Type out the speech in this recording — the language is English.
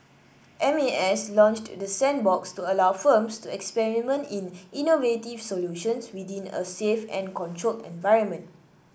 M A S launched the sandbox to allow firms to experiment in innovative solutions within a safe and controlled environment